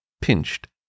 pinched